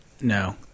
No